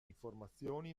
informazioni